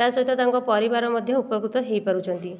ତା ସହିତ ତାଙ୍କ ପରିବାର ମଧ୍ୟ ଉପକୃତ ହେଇପାରୁଛନ୍ତି